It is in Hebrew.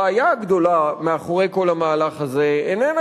הבעיה הגדולה מאחורי כל המהלך הזה איננה,